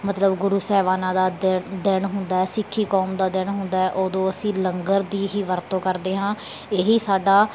ਮਤਲਬ ਗੁਰੂ ਸਾਹਿਬਾਨਾਂ ਦਾ ਦਿਨ ਦਿਨ ਹੁੰਦਾ ਸਿੱਖੀ ਕੌਮ ਦਾ ਦਿਨ ਹੁੰਦਾ ਉਦੋਂ ਅਸੀਂ ਲੰਗਰ ਦੀ ਹੀ ਵਰਤੋਂ ਕਰਦੇ ਹਾਂ ਇਹੀ ਸਾਡਾ